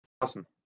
Awesome